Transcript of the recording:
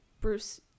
Bruce